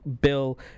Bill